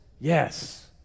Yes